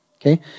Okay